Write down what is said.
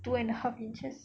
two and a half inches